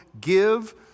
give